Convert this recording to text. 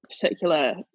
particular